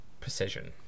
precision